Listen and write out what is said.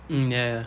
mm ya ya